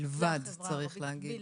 בלבד, צריך להגיד.